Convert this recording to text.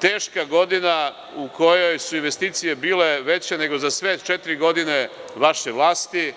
teška godina u kojoj su investicije bile veće nego za sve četiri godine vaše vlasti.